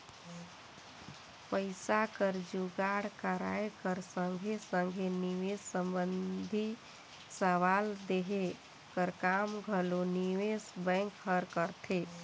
पइसा कर जुगाड़ कराए कर संघे संघे निवेस संबंधी सलाव देहे कर काम घलो निवेस बेंक हर करथे